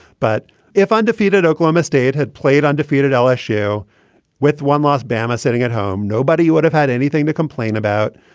but if undefeated oklahoma state had played undefeated lsu with one loss bama sitting at home, nobody would have had anything to complain about.